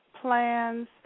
plans